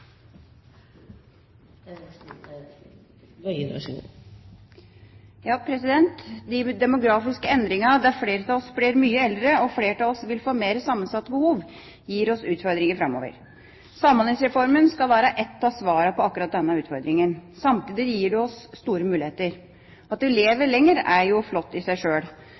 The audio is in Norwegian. De demografiske endringene som gjør at flere av oss blir mye eldre og flere av oss vil få mer sammensatte behov, gir oss utfordringer framover. Samhandlingsreformen skal være ett av svarene på akkurat denne utfordringen. Samtidig gir det oss store muligheter. At vi lever lenger, er jo flott i seg sjøl.